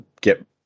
get